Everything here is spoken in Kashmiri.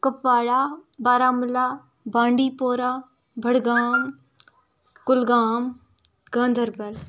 کوپوارا بارامولہ بانڈی پورا بڈگام گۄلگام گاندربل